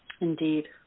Indeed